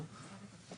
אנחנו